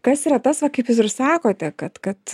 kas yra tas va kaip jūs ir sakote kad kad